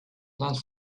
plans